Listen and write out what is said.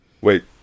Wait